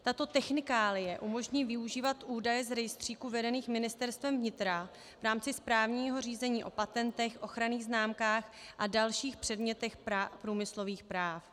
Tato technikálie umožní využívat údaje z rejstříků vedených Ministerstvem vnitra v rámci správního řízení o patentech, ochranných známkách a dalších předmětech průmyslových práv.